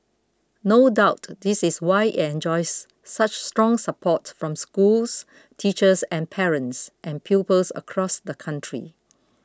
no doubt this is why enjoys such strong support from schools teachers and parents and pupils across the country